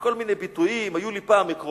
יש כל מיני ביטויים: "היו לי פעם עקרונות,